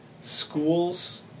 schools